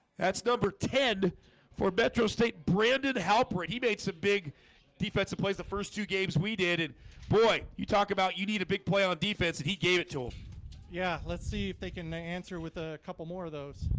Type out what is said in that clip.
that's number ten for metro state brandon halper. he mates a big defensive plays the first two games we did it boy you talk about you need a big play on defense he gave it to him yeah, let's see if they can answer with a couple more of those.